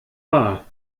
wahr